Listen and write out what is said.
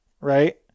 right